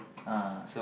uh